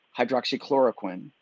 hydroxychloroquine